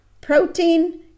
protein